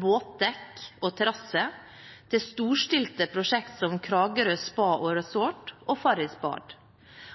båtdekk og terrasser til storstilte prosjekter som Kragerø Spa & Resort og Farris Bad